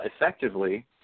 effectively